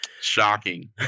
shocking